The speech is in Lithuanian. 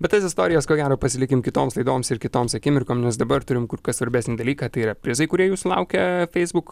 bet tas istorijas ko gero pasilikim kitoms laidoms ir kitoms akimirkom nes dabar turim kur kas svarbesnį dalyką tai yra prizai kurie jūsų laukia feisbuk